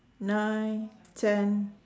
nine ten